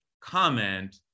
comment